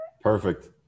Perfect